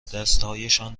دستهایشان